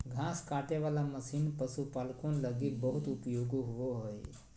घास काटे वाला मशीन पशुपालको लगी बहुत उपयोगी होबो हइ